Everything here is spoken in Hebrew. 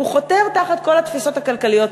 הוא חותר תחת כל התפיסות הכלכליות,